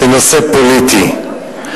לנושא פוליטי?